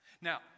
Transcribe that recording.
Now